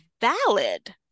valid